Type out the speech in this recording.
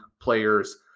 players